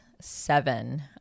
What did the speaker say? seven